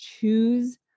choose